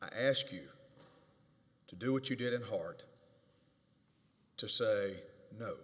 i ask you to do what you did and hard to say no